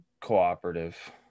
cooperative